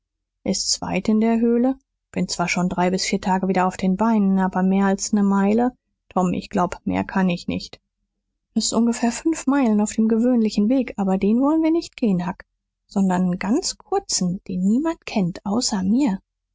ist's weit in der höhle bin zwar schon drei bis vier tage wieder auf den beinen aber mehr als ne meile tom ich glaub mehr kann ich nicht s sind ungefähr fünf meilen auf dem gewöhnlichen weg aber den wolln wir nicht gehn huck sondern nen ganz kurzen den niemand kennt außer mir